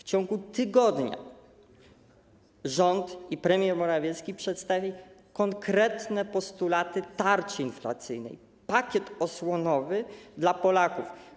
W ciągu tygodnia rząd, premier Morawiecki, przedstawi konkretne postulaty dotyczące tarczy inflacyjnej, pakietu osłonowego dla Polaków.